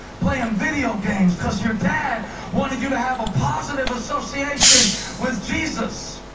playing video games, because your dad wanted you to have a positive association with jesus.